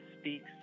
speaks